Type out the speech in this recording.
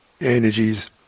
energies